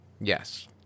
Yes